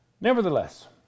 Nevertheless